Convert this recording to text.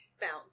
bounce